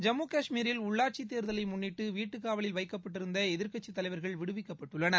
ஜம்மு காஷ்மீரில் உள்ளாட்சித் தேர்தலை முன்னிட்டு வீட்டுக்காவலில் வைக்கப்பட்டிருந்த எதிர்க்கட்சித் தலைவர்கள் விடுவிக்கப்பட்டுள்ளனர்